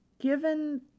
given